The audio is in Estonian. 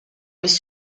mis